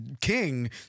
King